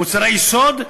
מוצרי יסוד,